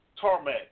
tarmac